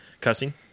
Cussing